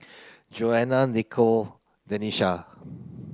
Joanna Nicolle Denisha